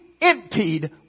emptied